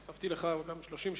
הוספתי לך 30 שניות.